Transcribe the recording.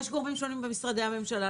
יש גורמים שונים במשרדי הממשלה,